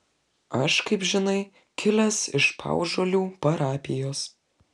aš kaip žinai kilęs iš paužuolių parapijos